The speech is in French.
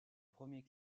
premier